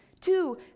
two